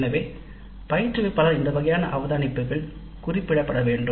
எனவே இந்த வகையான பயிற்றுவிப்பாளர்கள் அவதானிப்புகள் குறிப்பிட படவேண்டும்